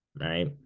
right